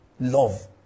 Love